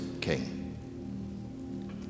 king